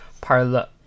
Parla